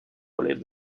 relève